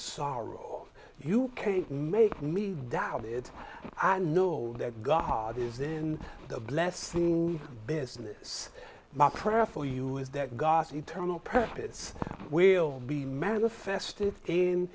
sorrow you can't make me doubt it i know that god is in the blessing business my prayer for you is that god's eternal purpose will be manifested in